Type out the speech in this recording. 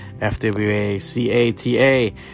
F-W-A-C-A-T-A